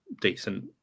decent